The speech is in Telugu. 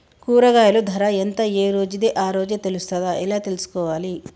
కూరగాయలు ధర ఎంత ఏ రోజుది ఆ రోజే తెలుస్తదా ఎలా తెలుసుకోవాలి?